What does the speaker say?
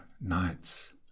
nights